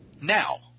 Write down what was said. Now